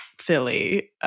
Philly